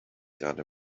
gonna